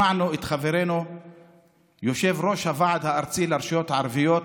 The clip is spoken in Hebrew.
שמענו את חברנו יושב-ראש הוועד הארצי לרשויות הערביות,